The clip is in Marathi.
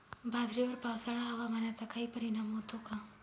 बाजरीवर पावसाळा हवामानाचा काही परिणाम होतो का?